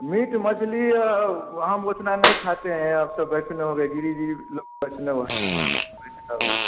meet मछली हम उतना नहीं खाते हैं अब तो वैष्णव हो गए बस गिरी गिरी लोग वैष्णव है वैष्णव है